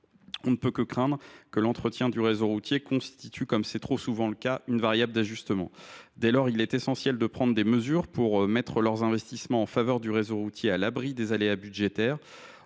il est à craindre que l’entretien du réseau routier ne constitue, comme c’est trop souvent le cas, une variable d’ajustement. Dès lors, il est essentiel de prendre des mesures pour mettre leurs investissements en faveur du réseau routier à l’abri des aléas budgétaires.